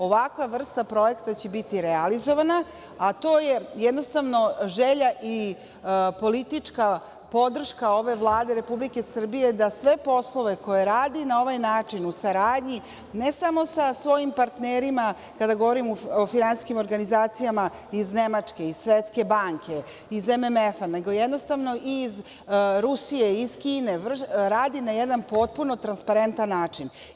Ovakva vrsta projekta će biti realizovana, a to je jednostavno želja i politička podrška ove Vlade Republike Srbije da sve poslove koje radi na ovaj način, u saradnji, ne samo sa svojim partnerima, kada govorimo o finansijskim organizacijama iz Nemačke, iz Svetske banke, iz MMF, nego jednostavno iz Rusije, Kine, radi na jedan potpuno transparentan način.